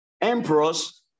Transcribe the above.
Emperors